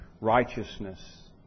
righteousness